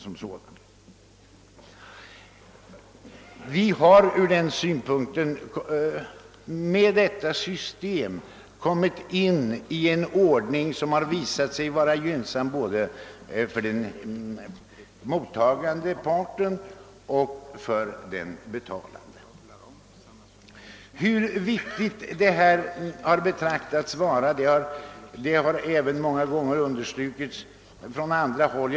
Vi har med detta system fått en ordning som visat sig vara gynnsam både för den mottagande parten och för den betalande. Hur viktigt detta system ansetts vara, har även många gånger understrukits från andra håll.